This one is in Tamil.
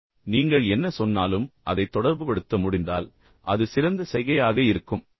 எனவே நீங்கள் என்ன சொன்னாலும் அதை தொடர்புபடுத்த முடிந்தால் அது சிறந்த சைகையாக இருக்கும்